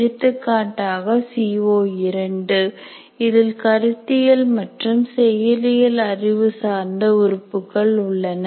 எடுத்துக்காட்டாக CO2 இதில் கருத்தியல் மற்றும் செயலியல் அறிவு சார்ந்த உறுப்புகள் உள்ளன